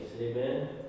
Amen